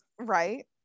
right